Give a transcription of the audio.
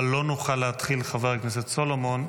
אבל לא נוכל להתחיל, חבר הכנסת סולומון.